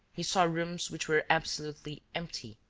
he saw rooms which were absolutely empty,